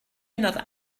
another